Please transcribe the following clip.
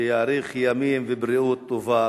שיאריך ימים ובריאות טובה,